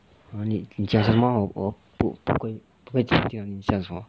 你你讲什么我不不会讲你讲什么